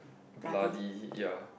bloody ya